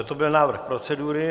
To byl návrh procedury.